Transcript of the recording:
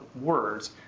words